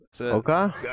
Okay